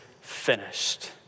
finished